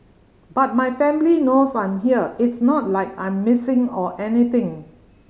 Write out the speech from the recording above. but my family knows I'm here it's not like I'm missing or anything